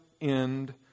end